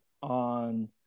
on